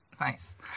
Nice